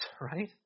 right